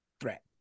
threat